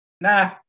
Nah